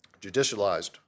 Judicialized